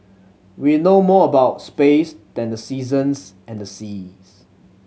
we know more about space than the seasons and the seas